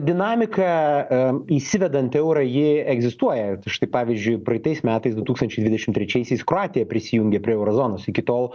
dinamiką em įsivedant eurą ji egzistuoja ir štai pavyzdžiui praeitais metais du tūkstančiai dvidešimt trečiaisiais kroatija prisijungė prie euro zonos iki tol